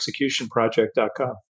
executionproject.com